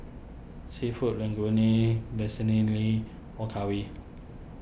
Seafood Linguine Vermicelli Okayu